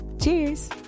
Cheers